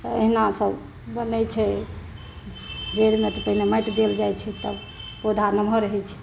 एहिना सब बनै छै जरिमे पहिने माटि देल जाइ छै तब पौधा नमहर होइ छै